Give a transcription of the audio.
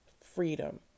freedom